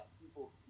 people